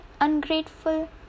ungrateful